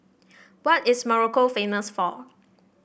what is Morocco famous for